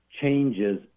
changes